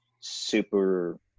super